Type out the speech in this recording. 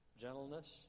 gentleness